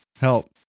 Help